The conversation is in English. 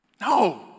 No